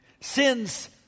sin's